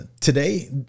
today